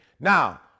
Now